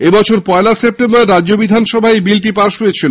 এবছর পয়লা সেপ্টেম্বর রাজ্য বিধানসভায় এই বলিটি পাশ হয়ছিল